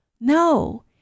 No